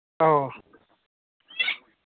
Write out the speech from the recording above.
ꯑꯧ